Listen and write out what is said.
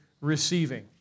receiving